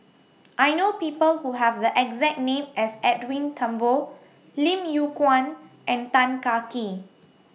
I know People Who Have The exact name as Edwin Thumboo Lim Yew Kuan and Tan Kah Kee